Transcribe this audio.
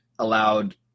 allowed